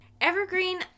Evergreen